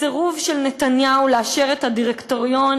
הסירוב של נתניהו לאשר את הדירקטוריון